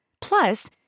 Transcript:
Plus